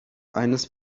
eines